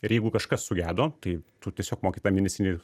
ir jeigu kažkas sugedo tai tu tiesiog moki tą mėnesinį